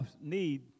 need